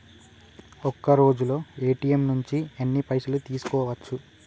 ఒక్కరోజులో ఏ.టి.ఎమ్ నుంచి ఎన్ని పైసలు తీసుకోవచ్చు?